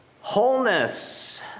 Wholeness